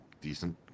decent